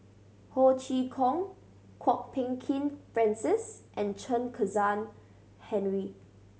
Ho Chee Kong Kwok Peng Kin Francis and Chen Kezhan Henri